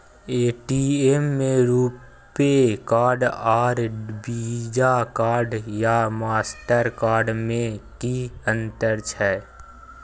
ATM में RuPay card आर Visa card या मास्टर कार्ड में कि अतंर छै?